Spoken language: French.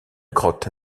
grotte